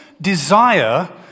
desire